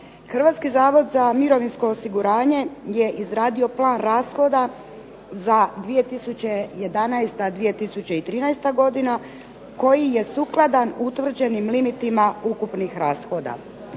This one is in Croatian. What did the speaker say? Hrvatski zavod za mirovinsko osiguranje je izradio plan rashoda za 2011.-2013. godina, koji je sukladan utvrđenim limitima ukupnih rashoda.